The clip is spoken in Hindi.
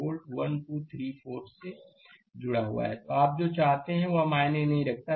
स्लाइड समय देखें 2617 आप जो चाहते हैं वह मायने नहीं रखता